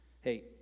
Hey